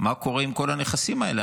מה קורה עם כל הנכסים האלה.